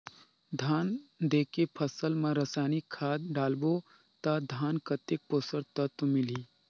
धान देंके फसल मा रसायनिक खाद डालबो ता धान कतेक पोषक तत्व मिलही?